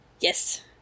yes